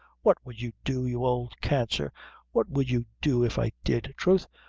what would you do, you old cancer what would you do if i did? troth,